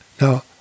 Now